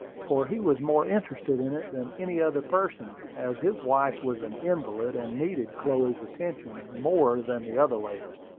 for he was more interested in it than any other person, as his wife was an invalid, and needed chloe's attentions more than the other ladies.